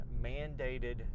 mandated